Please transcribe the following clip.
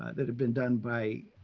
that have been done by